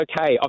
okay